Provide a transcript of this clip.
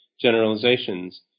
generalizations